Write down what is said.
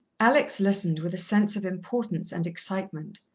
alex listened with a sense of importance and excitement,